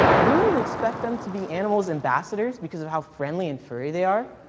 wouldn't you expect them to be animal ambassadors because of how friendly and furry they are?